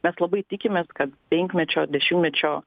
mes labai tikimės kad penkmečio dešimtmečio